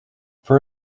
for